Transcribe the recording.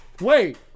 Wait